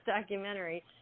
documentary